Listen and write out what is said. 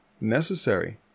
necessary